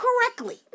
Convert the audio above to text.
correctly